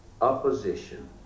opposition